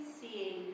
seeing